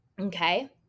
Okay